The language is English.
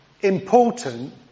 important